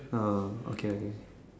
uh okay okay